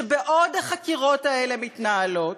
שבעוד החקירות האלה מתנהלות,